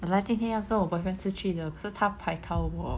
本来今天要我的 boyfriend 出去的可是他 paitao 我